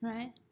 Right